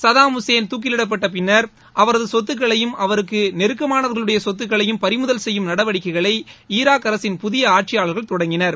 Saddam Hussein துக்கிலிடப்பட்ட பின்னர் அவரது சொத்துக்களையும் அவருக்கு நெருக்கமானவர்களுடைய சொத்துக்களையும் பறிமுதல் செய்யும் நடவடிக்கைகளை ஈராக் அரசின் புதிய ஆட்சியாளர்கள் தொடங்கினர்